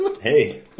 Hey